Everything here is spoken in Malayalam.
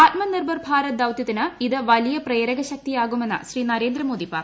ആത്മനിർഭർ ഭാരത് ദൌത്യത്തിന് ഇത് വലിയ പ്രേരക ശക്തിയാകുമെന്ന് ശ്രീ നരേന്ദ്രമോദി പറഞ്ഞു